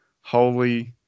holy